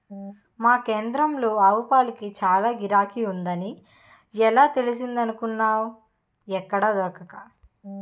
మా కేంద్రంలో ఆవుపాలకి చాల గిరాకీ ఉందని ఎలా తెలిసిందనుకున్నావ్ ఎక్కడా దొరక్క